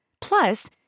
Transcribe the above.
Plus